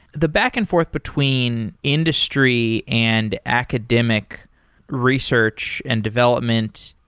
the back and forth between industry and academic research and development,